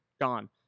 gone